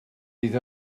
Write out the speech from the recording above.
bydd